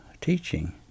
teaching